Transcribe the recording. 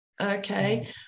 okay